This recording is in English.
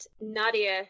Nadia